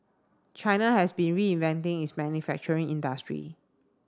China has been reinventing its manufacturing industry